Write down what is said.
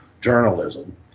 journalism